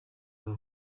aba